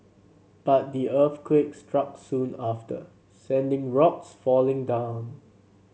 but the earthquake struck soon after sending rocks falling down